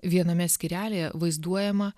viename skyrelyje vaizduojama